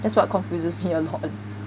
that's what confuses me a lot